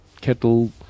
kettle